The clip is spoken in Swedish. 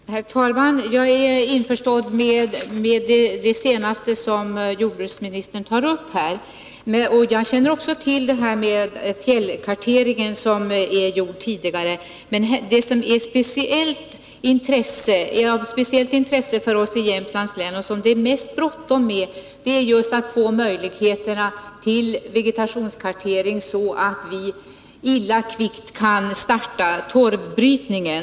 Herr talman! Jag är införstådd med det sista som jordbruksministern tog upp här. Jag känner också till det här med fjällkarteringen, som gjordes tidigare. Men det som är av speciellt intresse för oss i Jämtlands län och som det är mest bråttom med är just att vi får möjligheter till vegetationskartering, så att vi illa kvickt kan starta torvbrytningen.